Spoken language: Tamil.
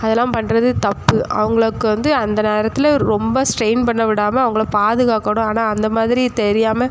அதெல்லாம் பண்ணுறது தப்பு அவங்களுக்கு வந்து அந்த நேரத்தில் ரொம்ப ஸ்ட்ரெயின் பண்ணவிடாமல் அவங்கள பாதுகாக்கணும் ஆனால் அந்தமாதிரி தெரியாமல்